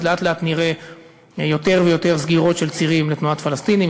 אז לאט-לאט נראה יותר ויותר סגירות של צירים לתנועת פלסטינים,